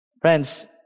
Friends